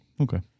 okay